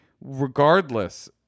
Regardless